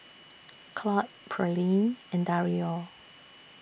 Claud Pearlene and Dario